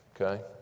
Okay